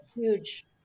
huge